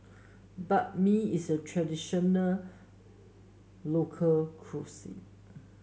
Banh Mi is a traditional local cuisine